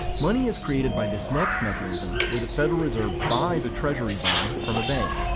money is created by this next mechanism where the federal reserve buys a treasury bond from a bank.